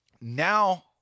now